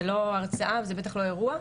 זה לא הרצאה וזה בטח לא אירוע.